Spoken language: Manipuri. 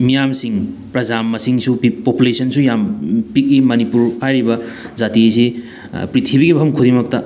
ꯃꯤꯌꯥꯝꯁꯤꯡ ꯄ꯭ꯔꯖꯥ ꯃꯁꯤꯡꯁꯨ ꯄꯣꯄꯨꯂꯦꯁꯟꯁꯨ ꯌꯥꯝ ꯄꯤꯛꯏ ꯃꯅꯤꯄꯨꯔ ꯍꯥꯏꯔꯤꯕ ꯖꯥꯇꯤ ꯑꯁꯤ ꯄ꯭ꯔꯤꯊꯤꯕꯤꯒꯤ ꯃꯐꯝ ꯈꯨꯗꯤꯡꯃꯛꯇ